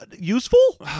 useful